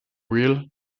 real